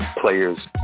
players